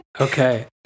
Okay